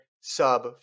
sub